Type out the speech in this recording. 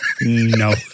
No